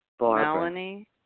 Melanie